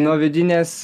nuo vidinės